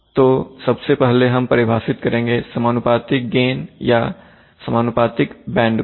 तो सबसे पहले हम परिभाषित करेंगे समानुपातिक गेन या समानुपातिक बैंड को